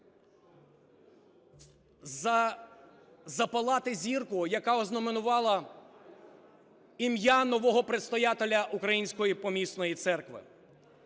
запалати зірку, яку ознаменувала ім'я нового предстоятеля української помісної церкви.